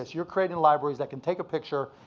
you're creating libraries that can take a picture,